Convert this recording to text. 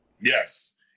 Yes